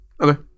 Okay